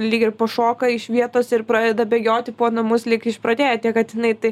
lyg ir pašoka iš vietos ir pradeda bėgioti po namus lyg išprotėję tie katinai tai